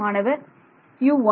மாணவர்U1